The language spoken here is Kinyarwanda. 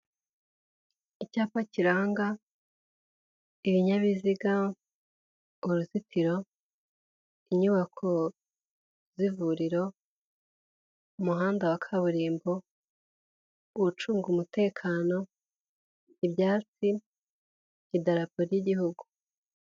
Icyapa kiranga ibinyabiziga, uruzitiro, inyubako z'ivuriro, umuhanda wa kaburimbo, ucunga umutekano, ibyatsi, idarapo ry'igihugu.